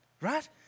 Right